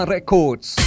Records